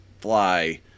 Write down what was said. fly